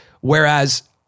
Whereas